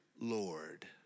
Lord